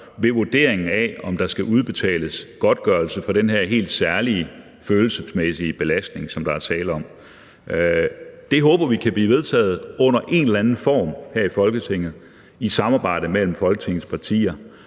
ved vurderingen af, om der skal udbetales godtgørelse for den her helt særlige følelsesmæssige belastning, som der er tale om. Det håber vi kan blive vedtaget under en eller anden form her i Folketinget i et samarbejde mellem Folketingets partier.